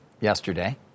yesterday